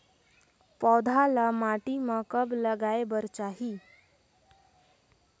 पौधा ल माटी म कब लगाए बर चाही?